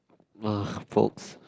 !wah! pokes